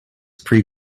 pre